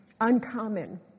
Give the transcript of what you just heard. uncommon